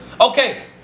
Okay